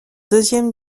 deuxième